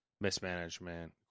mismanagement